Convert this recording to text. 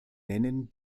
nennen